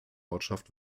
ortschaft